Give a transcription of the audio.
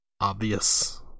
obvious